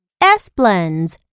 S-blends